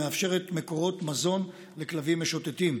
המאפשרת מקורות מזון לכלבים משוטטים.